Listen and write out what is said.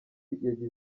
yagize